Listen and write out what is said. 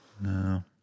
No